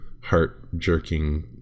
heart-jerking